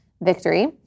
Victory